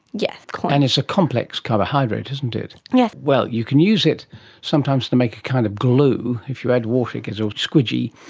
yes. and it's a complex carbohydrate, isn't it. yes. well, you can use it sometimes to make a kind of glue, if you add water it gets all squidgy.